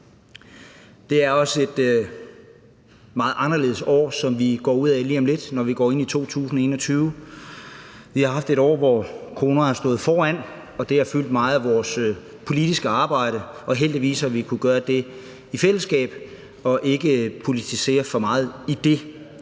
Det er også et meget anderledes år, som vi går ud af lige om lidt, når vi går ind i 2021. Vi har haft et år, hvor coronaen har stået forrest, og det har fyldt meget i vores politiske arbejde, og heldigvis har vi kunnet gøre det i fællesskab og ikke politisere for meget i det.